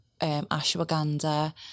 ashwagandha